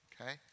Okay